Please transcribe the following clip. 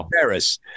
Paris